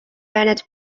bennett